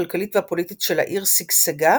הכלכלית והפוליטית של העיר שגשגה,